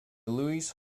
louise